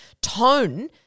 Tone –